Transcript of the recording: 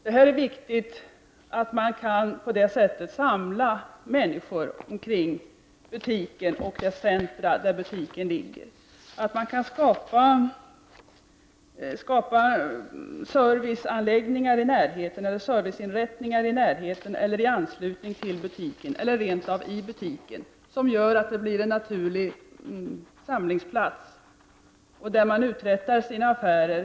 Det är viktigt att man på detta sätt kan samla människor kring butiken och det centrum i vilket butiken ligger. Det är viktigt att man kan ordna serviceinrättningar i anslutning till butiken eller rent av i själva butiken som gör att det blir en naturlig samlingsplats där man uträttar sina affärer.